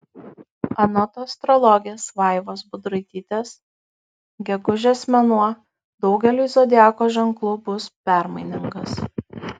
anot astrologės vaivos budraitytės gegužės mėnuo daugeliui zodiako ženklų bus permainingas